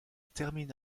termine